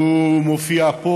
הוא מופיע פה